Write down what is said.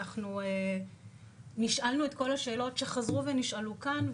אנחנו נשאלנו את כל השאלות שחזרו ונשאלו כאן,